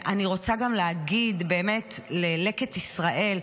אני רוצה גם להגיד באמת ללקט ישראל,